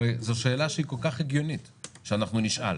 הרי זו שאלה שהיא כל כך הגיונית שאנחנו נשאל.